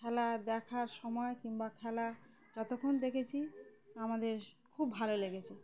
খেলা দেখার সময় কিংবা খেলা যতক্ষণ দেখেছি আমাদের খুব ভালো লেগেছে